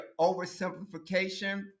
oversimplification